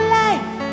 life